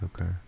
Okay